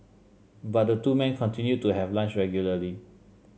but the two men continued to have lunch regularly